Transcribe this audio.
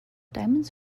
diamonds